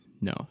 no